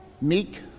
Meek